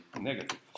negative